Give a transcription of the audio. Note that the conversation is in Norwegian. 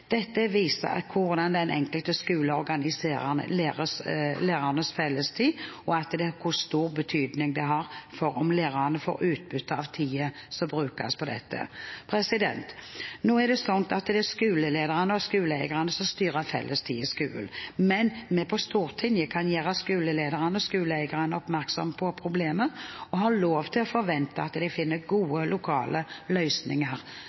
Dette viser at hvordan den enkelte skole organiserer lærernes fellestid, har stor betydning for om lærerne får utbytte av tiden som brukes på dette. Det er skolelederne og skoleeierne som styrer fellestiden i skolen, men vi på Stortinget kan gjøre skolelederne og skoleeierne oppmerksomme på problemet og har lov til å forvente at de finner gode lokale løsninger,